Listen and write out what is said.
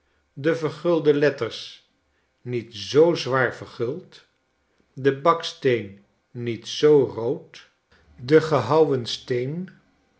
de vergulde letters niet zoo zwaar verguld de baksteen niet zoo rood de gehouwen steen